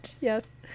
Yes